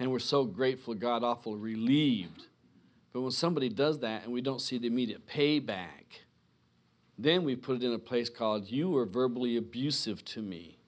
and we're so grateful god awful relieved but when somebody does that and we don't see the media payback then we put in a place called you are verbal abusive to me